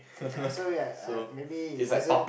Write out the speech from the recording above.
ya so we had maybe it wasn't